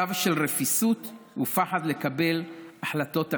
קו של רפיסות ופחד לקבל החלטות אמיצות,